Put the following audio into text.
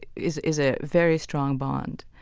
is is a very strong bond.